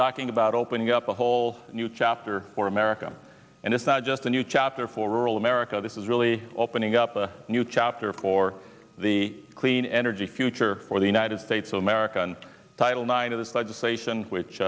talking about opening up a whole new chapter for america and it's not just a new chapter for rural america this is really opening up a new chapter for the clean energy future for the united states of america title nine of this legislation which